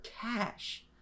cash